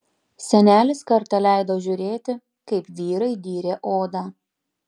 senelis kartą leido žiūrėti kaip vyrai dyrė odą